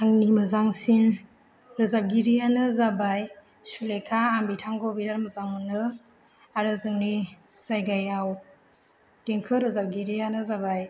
आंनि मोजांसिन रोजाबगिरियानो जाबाय सुलेखा आं बिथांखौ बिराद मोजां मोनो आरो जोंनि जायगायाव देंखो रोजाबगिरियानो जाबाय